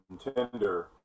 contender